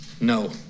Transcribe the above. No